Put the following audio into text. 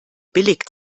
billig